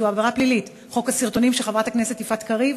וזו עבירה פלילית: חוק הסרטונים של חברת הכנסת יפעת קריב,